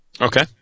Okay